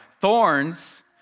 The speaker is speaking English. thorns